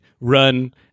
run